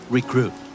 Recruit